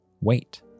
wait